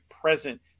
present